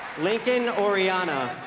lincoln orellana